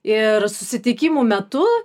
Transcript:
ir susitikimų metu